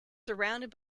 surrounded